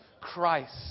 Christ